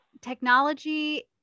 technology